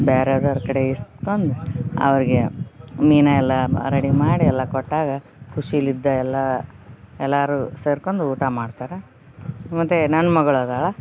ಬ್ಯಾರೆವರ ಕಡೆ ಇಸ್ಕೊಂಡ್ ಅವ್ರ್ಗೆ ಮೀನು ಎಲ್ಲ ರೆಡಿ ಮಾಡಿ ಎಲ್ಲ ಕೊಟ್ಟಾಗ ಖುಷಿಲಿದ್ದ ಎಲ್ಲಾ ಎಲಾರು ಸೇರ್ಕೊಂದು ಊಟ ಮಾಡ್ತರ ಮತ್ತು ನನ್ನ ಮಗ್ಳ ಅದಾಳ